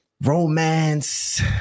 romance